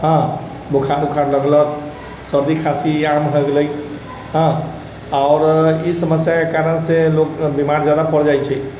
हँ बोखार उखाड़ लगलक सर्दी खासी आम भए गेलै हँ आओर ई समस्याके कारण से लोग बिमार जादा पड़ जाइ छै